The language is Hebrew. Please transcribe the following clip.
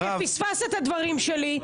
פספסת את הדברים שלי.